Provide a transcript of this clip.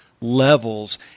levels